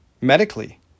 medically